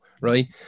right